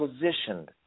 positioned